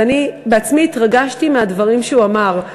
ואני בעצמי התרגשתי מהדברים שהוא אמר,